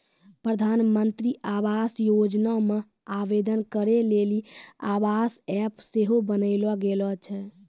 प्रधानमन्त्री आवास योजना मे आवेदन करै लेली आवास ऐप सेहो बनैलो गेलो छै